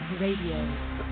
radio